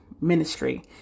ministry